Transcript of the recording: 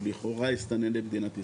הוא לכאורה הסתנן למדינת ישראל.